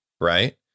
right